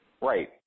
Right